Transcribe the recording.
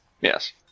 Yes